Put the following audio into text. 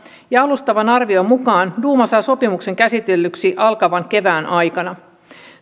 ja alustavan arvion mukaan duuma saa sopimuksen käsitellyksi alkavan kevään aikana